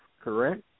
correct